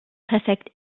perfekt